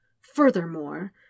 Furthermore